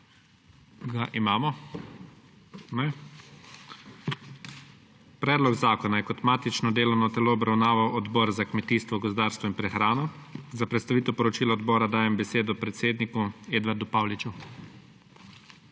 Ga imamo? Ne. Predlog zakona je kot matično delovno telo obravnaval Odbor za kmetijstvo, gozdarstvo in prehrano. Za predstavitev poročila odbora dajem besedo predsedniku Edvardu Pauliču.